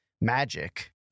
magic